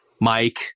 Mike